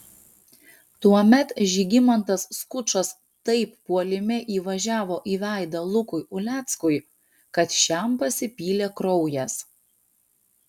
tuomet žygimantas skučas taip puolime įvažiavo į veidą lukui uleckui kad šiam pasipylė kraujas